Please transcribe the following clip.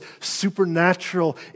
supernatural